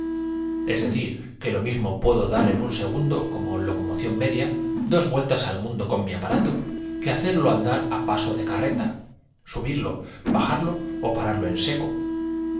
es decir que lo mismo puedo dar demostración es indudable y eso no hace sino confirmar mi te en un segundo como locomoción media dos vueltas al mundo con mi aparato que hacerlo andar á sis probado que la atmósfera es el tiempo y que el paso de carreta subirlo bajarlo ó pararlo en seco